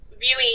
viewing